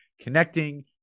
connecting